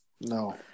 No